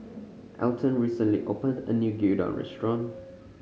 Elton recently opened a new Gyudon Restaurant